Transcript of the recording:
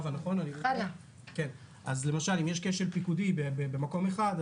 אם יש כשל פיקודי במקום אחד,